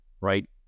right